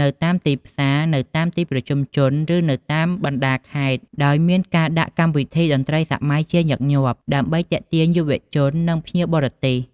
នៅតាមទីផ្សារ នៅតាមទីប្រជុំជន ឬនៅតាមបណ្តាខេត្ត ដោយមានការដាក់កម្មវិធីតន្ត្រីសម័យជាញឹកញាប់ ដើម្បីទាក់ទាញយុវជន និងភ្ញៀវបរទេស។